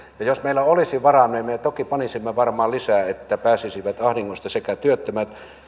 jos meillä olisi varaa niin me toki panisimme varmaan lisää että pääsisivät ahdingosta sekä työttömät